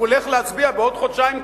הוא הולך להצביע בעוד חודשיים,